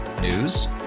News